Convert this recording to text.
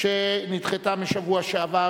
שנדחתה מהשבוע שעבר,